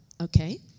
okay